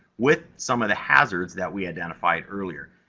with some of the hazards that we identified earlier.